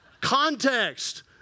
Context